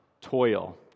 toil